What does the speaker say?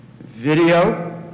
Video